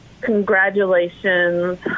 congratulations